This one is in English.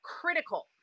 critical